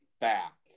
back